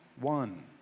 one